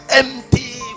empty